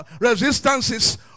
resistances